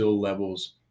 levels